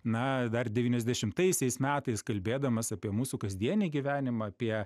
na dar devyniasdešimtaisiais metais kalbėdamas apie mūsų kasdienį gyvenimą apie